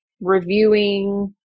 reviewing